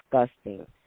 Disgusting